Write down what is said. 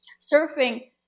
surfing